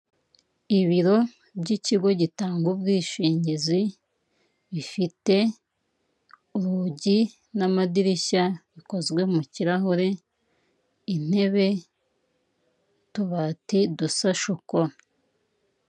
Ibiro by'ikigo gitanga ubwishingizi, bifite urugi n'amadirishya bikozwe mu kirahure, intebe utubati dusashe uko.